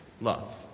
love